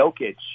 Jokic